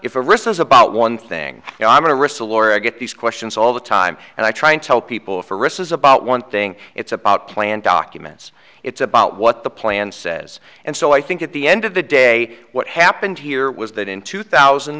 if a risk is about one thing you know i'm going to risk the lore of get these questions all the time and i try and tell people for risk is about one thing it's about plan documents it's about what the plan says and so i think at the end of the day what happened here was that in two thousand